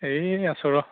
এই আছোঁ ৰ'